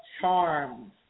charms